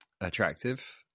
attractive